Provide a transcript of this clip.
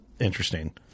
interesting